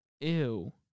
Ew